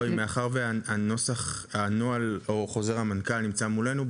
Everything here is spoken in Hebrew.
מאחר וחוזר המנכל נמצא מולנו,